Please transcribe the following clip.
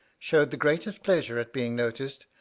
showed the greatest pleasure at being noticed,